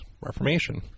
reformation